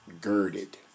girded